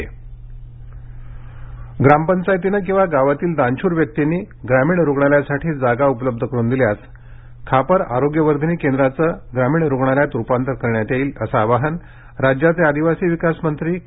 नंदुरबार ग्रामपंचायतीनं किंवा गावातील दानशूर व्यक्तींनी ग्रामीण रुग्णालयासाठी जागा उपलब्ध करुन दिल्यास खापर आरोग्यवर्धिनी केंद्राचे ग्रामीण रुग्णालयात रुपांतर करण्यात येईल असं आवाहन राज्याचे आदिवासी विकास मंत्री के